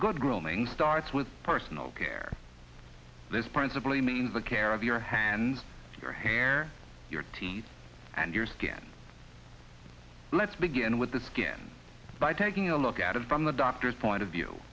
good grooming starts with personal care this principally means the care of your hands your hair your teeth and your skin let's begin with the skin by taking a look at it from the doctor's point of view